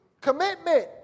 Commitment